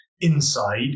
inside